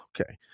Okay